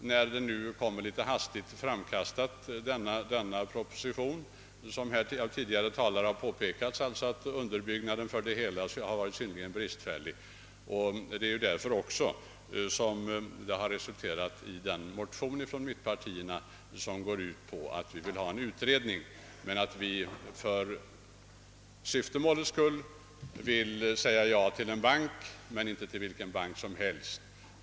Förslaget härom kastades emellertid fram väl hastigt — tidigare talare har påpekat att underbyggnaden har varit synnerligen bristfällig — och därför har mittenpartierna väckt en motion, som går ut på en utredning. För syftemålets skull säger vi alltså ja till en bank, men inte till vilken bank som helst.